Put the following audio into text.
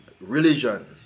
religion